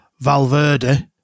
Valverde